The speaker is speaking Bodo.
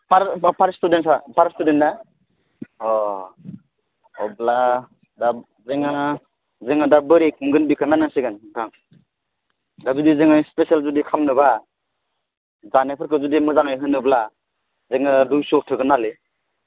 पार स्टुदेन्टआव अ अब्ला जोंहा दा जोङो दा बोरै खुंगोन बेखौ नायनांसिगोन नोंथां दा जुदि जोङो स्पेसियेल जोङो खांनोबा जानायफोरखौ जुदि मोजाङै होनोब्ला जोङो दुइस'आव थोगोन ना लै